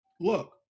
look